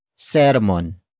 Sermon